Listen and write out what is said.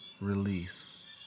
release